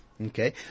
Okay